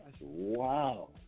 wow